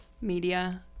media